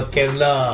Kerala